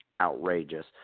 outrageous